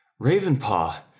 Ravenpaw